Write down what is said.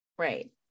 Right